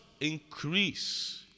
increase